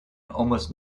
almost